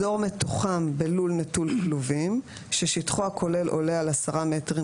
אזור מתוחם בלול נטול כלובים ששטחו הכולל עולה על עשרה מטרים